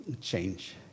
change